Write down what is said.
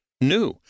new